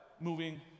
moving